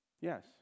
Yes